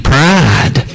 Pride